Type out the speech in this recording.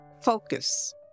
Focus